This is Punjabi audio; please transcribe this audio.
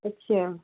ਅੱਛਾ